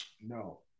No